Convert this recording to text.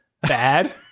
bad